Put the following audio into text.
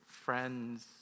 Friends